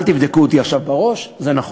אל תבדקו אותי עכשיו בראש, זה נכון.